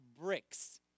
bricks